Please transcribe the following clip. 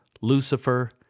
Lucifer